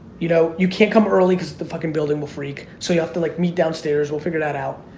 you know, you can't come early because the fucking building will freak so you have to like meet down stairs, we'll figure that out,